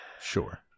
Sure